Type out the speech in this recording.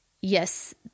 yes